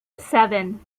seven